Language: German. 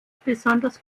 besonders